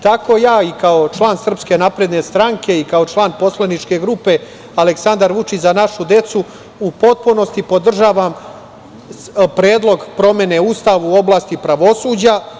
Tako ja i kao član SNS i kao član poslaničke grupe Aleksandar Vučić – Za našu decu u potpunosti podržavam Predlog promene Ustava u oblasti pravosuđa.